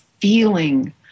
Feeling